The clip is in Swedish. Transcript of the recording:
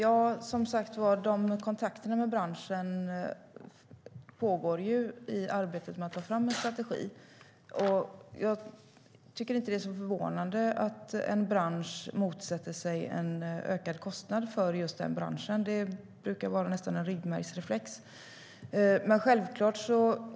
Herr talman! Kontakterna med branschen pågår ju i arbetet med att ta fram en strategi. Jag tycker inte att det är så förvånande att en bransch motsätter sig en ökad kostnad för just den branschen. Det brukar nästan vara en ryggmärgsreflex.